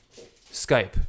skype